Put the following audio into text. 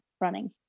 running